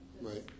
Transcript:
right